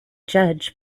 judge